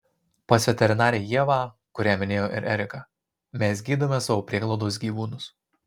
pas veterinarę ievą kurią minėjo ir erika mes gydome savo prieglaudos gyvūnus